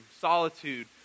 solitude